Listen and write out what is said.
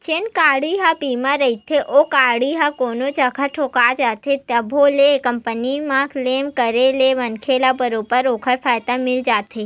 जेन गाड़ी ह बीमा रहिथे ओ गाड़ी ह कोनो जगा ठोका जाथे तभो ले कंपनी म क्लेम करे ले मनखे ल बरोबर ओखर फायदा मिल जाथे